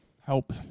Help